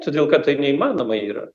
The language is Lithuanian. todėl kad tai neįmanoma yra